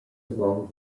along